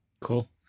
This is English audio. Cool